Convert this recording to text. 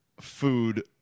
food